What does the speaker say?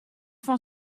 fan